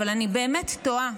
אבל אני באמת תוהה.